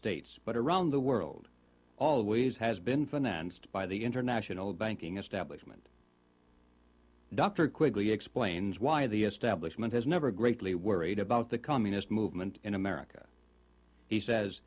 states but around the world always has been financed by the international banking establishment dr quigley explains why the establishment has never greatly worried about the communist movement in america he says